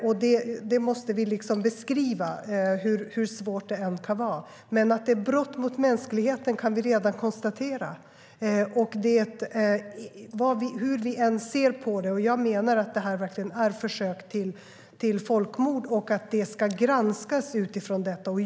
Det här måste vi beskriva, hur svårt det än kan vara. Men att det är brott mot mänskligheten kan vi redan konstatera, hur vi än ser på det. Jag menar att det här verkligen är ett försök till folkmord och att det ska granskas utifrån det.